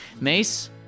Mace